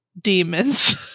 demons